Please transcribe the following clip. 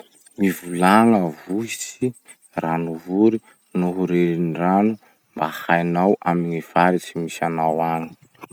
Mivolagna vohitsy, ranovory, noho renirano mba hainao amy faritsy misy anao agny.